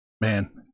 Man